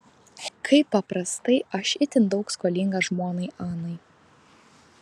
kaip paprastai aš itin daug skolingas žmonai anai